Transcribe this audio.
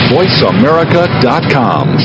VoiceAmerica.com